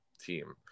team